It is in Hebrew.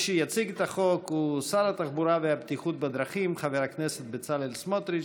יציג את החוק שר התחבורה והבטיחות בדרכים חבר הכנסת בצלאל סמוטריץ'.